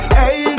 hey